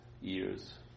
years